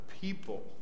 people